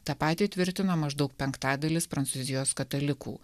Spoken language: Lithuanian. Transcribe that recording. tą patį tvirtina maždaug penktadalis prancūzijos katalikų